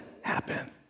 happen